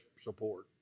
support